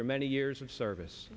your many years of service